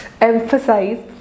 emphasize